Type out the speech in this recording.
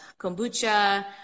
kombucha